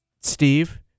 Steve